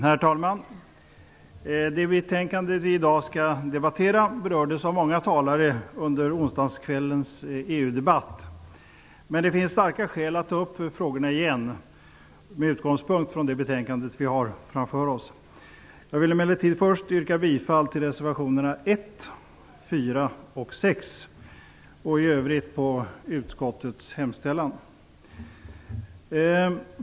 Herr talman! Det betänkande vi i dag skall debattera berördes av många talare under onsdagskvällens EU-debatt. Men det finns starka skäl att ta upp de frågorna igen med utgångspunkt från det betänkande vi nu har framför oss. Jag vill emellertid först yrka bifall till reservationerna 1, 4 och 6 och i övrigt till utskottets hemställan.